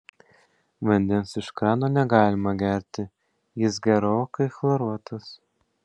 vandens iš krano negalima gerti jis gerokai chloruotas